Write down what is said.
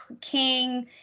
king